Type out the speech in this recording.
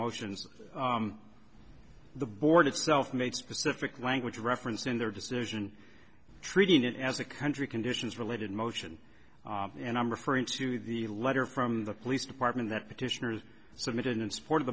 motions the board itself made specific language reference in their decision treating it as a country conditions related motion and i'm referring to the letter from the police department that petitioners submitted in support